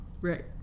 Right